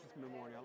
Memorial